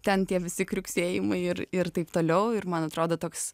ten tie visi kriuksėjimai ir ir taip toliau ir man atrodo toks